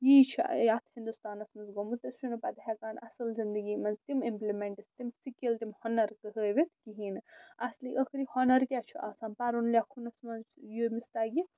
یی چھُ یَتھ ہِنٛدوستانس منٛز گوٚمُت سُہ چھُنہٕ پتہٕ ہٮ۪کان اَصٕل زندگی منٛز تِم اِمپلِمٮ۪نٹٕس تِم سِکِل تِم ہُنر تہٕ ہٲوِتھ کِہیٖنۍ نہٕ اَصلی ٲخری ہُنر کیٛاہ چھُ آسان پَرُن لٮ۪کھُنس منٛز ییٚمِس تَگہِ